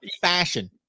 fashion